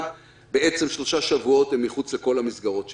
בעצם שלושה שבועות נמצאים מחוץ לכל המסגרות שלהם.